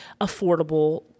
affordable